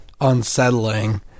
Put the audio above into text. unsettling